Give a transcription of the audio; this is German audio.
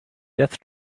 death